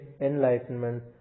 enlightenment